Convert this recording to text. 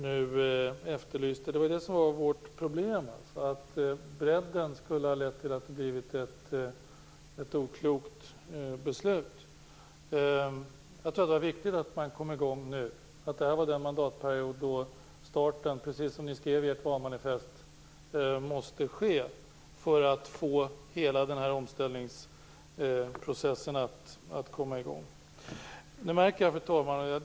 Vårt problem var att en sådan bred uppgörelse skulle ha lett till ett oklokt beslut. Det är viktigt att vi kommer i gång nu, att starten måste ske under denna mandatperiod, som ni skriver i ert valmanifest, för att hela omställningsprocessen skall komma i gång. Fru talman!